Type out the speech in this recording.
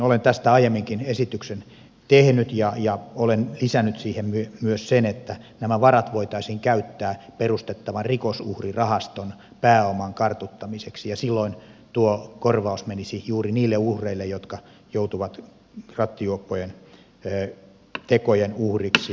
olen tästä aiemminkin esityksen tehnyt ja olen lisännyt siihen myös sen että nämä varat voitaisiin käyttää perustettavan rikosuhrirahaston pääoman kartuttamiseksi ja silloin tuo korvaus menisi juuri niille uhreille jotka joutuvat rattijuoppojen tekojen uhreiksi